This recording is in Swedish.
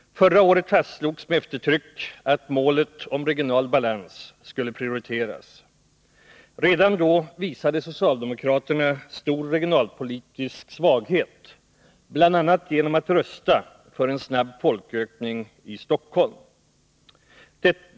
Förra året fastslogs med eftertryck att målet om regional balans skulle prioriteras. Redan då visade socialdemokraterna stor regionalpolitisk svaghet, bl.a. genom att rösta för en snabb folkökning i Stockholm.